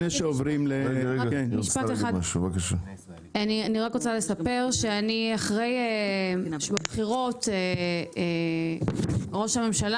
אני רק רוצה לספר שבבחירות ראש הממשלה